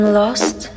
lost